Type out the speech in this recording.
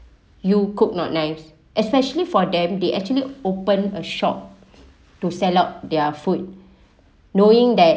you cook not nice especially for them they actually open a shop to sell up their food knowing that